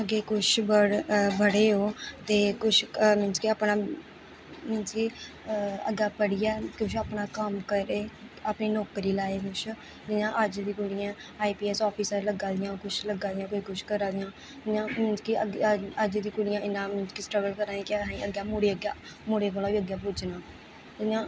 अग्गें कुछ बढ़े ओह् ते कुछ मींस कि अपना मींस कि अग्गें पढ़ियै कुछ अपना कम्म करे अपनी नौकरी लाए कुछ जियां अज्ज दी पीढ़ी ऐ आई पी एस आफिसर लग्गा दियां कुछ मींस कि अज्ज दियां कुड़ियां इन्नियां स्ट्रगल करा दियां कि अहें अग्गें कि मुड़े अग्गें मुड़े कोला बी अग्गें पुज्जना इ'यां